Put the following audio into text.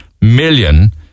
million